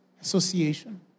association